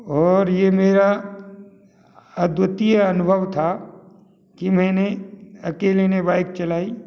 और ये मेरा अद्वितीय अनुभव था कि मैंने अकेले ने बाइक चलाई